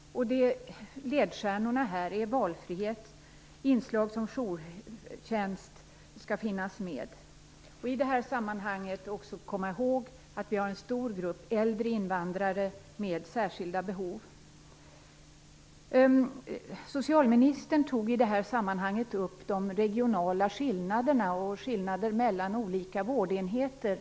Ledstjärnorna här är valfrihet och inslag som jourtjänst, som skall finnas med. I det här sammanhanget skall vi också komma ihåg att det finns en stor grupp äldre invandrare med särskilda behov. Socialministern tog i det här sammanhanget upp de regionala skillnaderna och skillnader mellan olika vårdenheter.